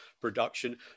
production